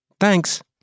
Thanks